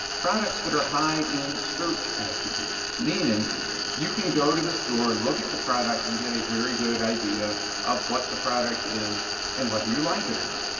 products that are high in search attributes, meaning you can go to the store and look at the product and get a very good idea of what the product is and whether you like it or not.